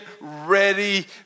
ready